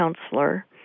counselor